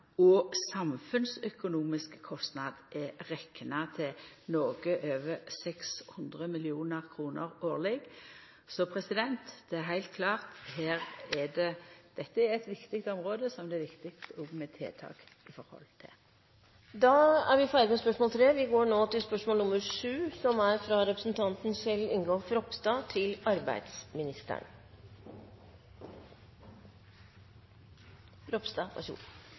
og den samfunnsøkonomiske kostnaden er rekna til noko over 600 mill. kr årleg. Så dette er heilt klart eit viktig område som det er viktig å koma med tiltak i forhold til. Vi går da videre til spørsmål 7. Mitt spørsmål er til arbeidsministeren,